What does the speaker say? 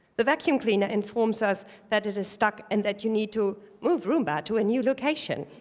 the vacuum cleaner informs us that it is stuck and that you need to move roomba to a new location.